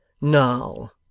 Now